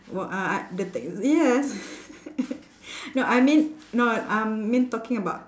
what uh I the ta~ yes no I mean no I mean talking about